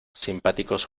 simpáticos